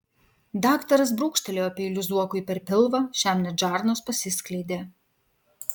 daktaras brūkštelėjo peiliu zuokui per pilvą šiam net žarnos pasiskleidė